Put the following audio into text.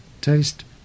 taste